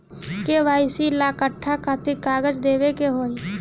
KYC ला कट्ठा कथी कागज देवे के होई?